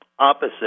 opposite